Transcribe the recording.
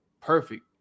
perfect